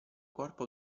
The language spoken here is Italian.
corpo